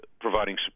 providing